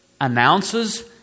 announces